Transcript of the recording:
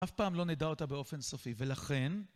אף פעם לא נדע אותה באופן סופי, ולכן...